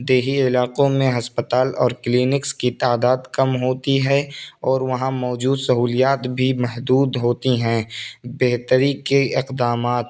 دیہی علاقوں میں ہسپتال اور کلینکس کی تعداد کم ہوتی ہے اور وہاں موجود سہولیات بھی محدود ہوتی ہیں بہتری کے اقدامات